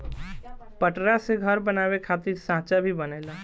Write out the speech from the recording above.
पटरा से घर बनावे खातिर सांचा भी बनेला